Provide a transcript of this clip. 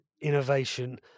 innovation